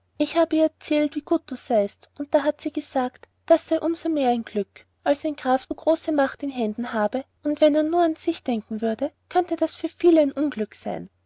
ich hab ihr erzählt wie gut du seiest und da hat sie gesagt das sei um so mehr ein glück als ein graf so große macht in händen habe und wenn er nur an sich denken würde könnte das für viele ein unglück sein